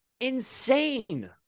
insane